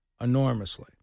enormously